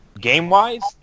game-wise